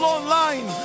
online